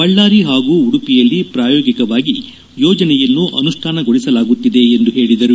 ಬಳ್ಳಾರಿ ಹಾಗೂ ಉಡುಪಿಯಲ್ಲಿ ಪ್ರಾಯೋಗಿಕವಾಗಿ ಯೋಜನೆಯನ್ನು ಅನುಷ್ಠಾನಗೊಳಸಲಾಗುತ್ತಿದೆ ಎಂದು ಪೇಳಿದರು